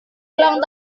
ulang